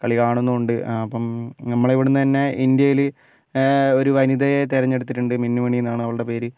കളി കാണുന്നുമുണ്ട് അപ്പം നമ്മുടെ ഇവിടുന്ന് തന്നെ ഇന്ത്യയിൽ ഒരു വനിതയെ തിരഞ്ഞെടുത്തിട്ടുണ്ട് മിന്നുമണി എന്നാണ് അവളുടെ പേര്